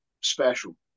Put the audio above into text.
special